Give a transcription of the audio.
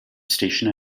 station